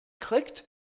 clicked